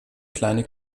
kleine